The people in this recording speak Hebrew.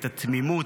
את התמימות,